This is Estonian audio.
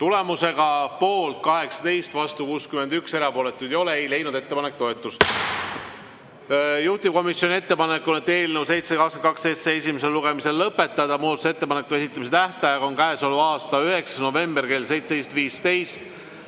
Tulemusega poolt 18, vastu 61, erapooletuid ei ole, ei leidnud ettepanek toetust. Juhtivkomisjoni ettepanek on eelnõu 722 esimene lugemine lõpetada. Muudatusettepanekute esitamise tähtaeg on käesoleva aasta 9. november kell 17.15.